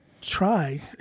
try